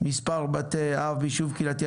(מספר בתי אב ביישוב קהילתי),